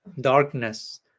darkness